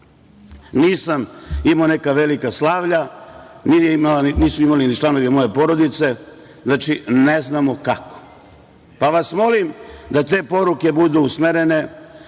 Nisam imao neka velika slavlja, nisu imali ni članovi moje porodice. Znači, ne znamo kako smo se zarazili. Pa, molim vas da te poruke budu usmerene,